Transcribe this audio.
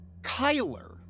Kyler